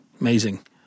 Amazing